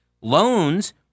Loans